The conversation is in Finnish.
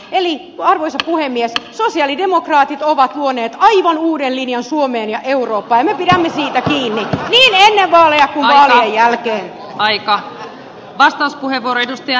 eli arvoisa puhemies sosialidemokraatit ovat luoneet aivan uuden linjan suomeen ja eurooppaan ja me pidämme siitä kiinni niin ennen vaaleja kuin vaalien jälkeen